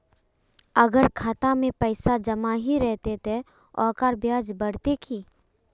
अगर खाता में पैसा जमा ही रहते ते ओकर ब्याज बढ़ते की?